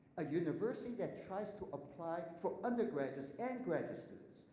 a university that tries to apply for undergraduates and graduate students.